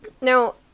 Now